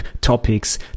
topics